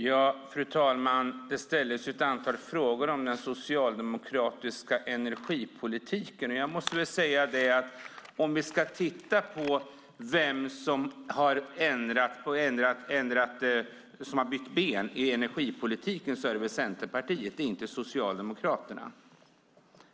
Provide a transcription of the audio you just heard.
Herr talman! Det ställdes ett antal frågor om den socialdemokratiska energipolitiken. Den som har bytt ben i energipolitiken är väl Centerpartiet, inte Socialdemokraterna.